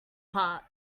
part